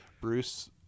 Bruce